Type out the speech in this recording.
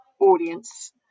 audience